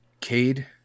Cade